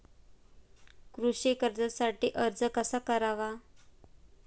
कृषी कर्जासाठी अर्ज कसा करावा?